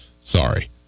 Sorry